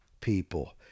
people